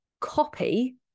copy